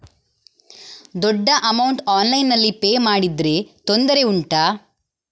ದೊಡ್ಡ ಅಮೌಂಟ್ ಆನ್ಲೈನ್ನಲ್ಲಿ ಪೇ ಮಾಡಿದ್ರೆ ತೊಂದರೆ ಉಂಟಾ?